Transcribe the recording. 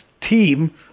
team